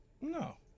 No